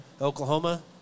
Oklahoma